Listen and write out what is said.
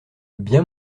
bien